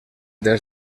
des